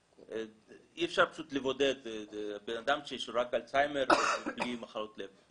אי אפשר לבודד בן אדם שיש לו רק אלצהיימר בלי מחלות לב,